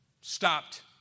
stopped